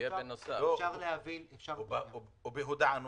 או בהודעה נוספת.